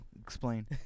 explain